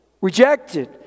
Rejected